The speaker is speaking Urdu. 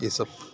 یہ سب